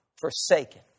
forsaken